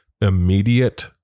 immediate